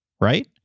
Right